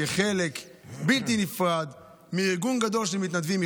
כחלק בלתי נפרד מארגון גדול של מתנדבים,